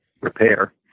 repair